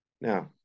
Now